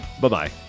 Bye-bye